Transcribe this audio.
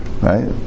right